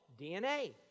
DNA